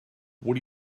what